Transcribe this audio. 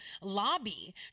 lobby